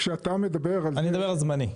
אני מדבר על זמני.